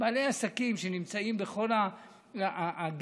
לבעלי עסקים שנמצאים בכל הגזרה,